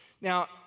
Now